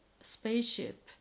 spaceship